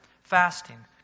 fasting